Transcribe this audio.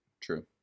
True